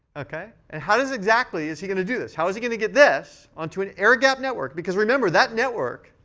ok. and how exactly is he going to do this? how is he going to get this onto an air-gapped network? because remember, that network,